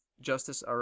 Justice